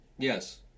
yes